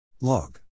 log